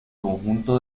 conjunto